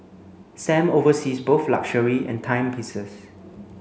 Sam oversees both luxury and timepieces